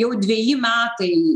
jau dveji metai